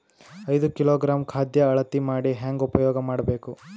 ಐದು ಕಿಲೋಗ್ರಾಂ ಖಾದ್ಯ ಅಳತಿ ಮಾಡಿ ಹೇಂಗ ಉಪಯೋಗ ಮಾಡಬೇಕು?